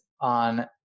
on